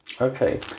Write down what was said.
Okay